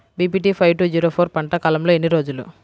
BPT five two zero four పంట కాలంలో ఎన్ని రోజులు?